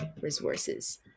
resources